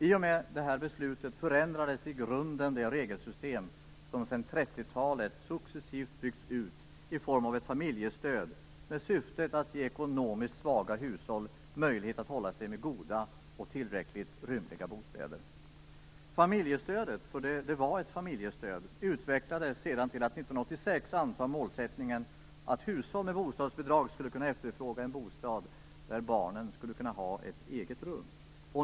I och med detta beslut förändrades i grunden det regelsystem som sedan 30-talet successivt byggts ut i form av ett familjestöd med syftet att ge ekonomiskt svaga hushåll möjligheter att hålla sig med goda och tillräckligt rymliga bostäder. Familjestödet - för det var ett familjestöd - utvecklades sedan till att 1986 inbegripa målsättningen att hushåll med bostadsbidrag skulle kunna efterfråga en bostad där varje barn skulle kunna ha ett eget rum.